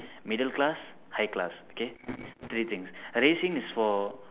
middle class high class okay three things racing is for